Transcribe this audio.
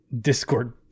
Discord